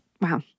Wow